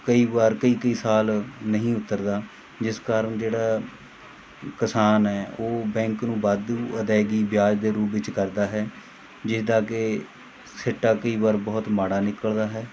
ਕਈ ਵਾਰ ਕਈ ਕਈ ਸਾਲ ਨਹੀਂ ਉਤਰਦਾ ਜਿਸ ਕਾਰਨ ਜਿਹੜਾ ਕਿਸਾਨ ਹੈ ਉਹ ਬੈਂਕ ਨੂੰ ਵਾਧੂ ਅਦਾਇਗੀ ਵਿਆਜ ਦੇ ਰੂਪ ਵਿੱਚ ਕਰਦਾ ਹੈ ਜਿਹਦਾ ਕਿ ਸਿੱਟਾ ਕਈ ਵਾਰ ਬਹੁਤ ਮਾੜਾ ਨਿਕਲਦਾ ਹੈ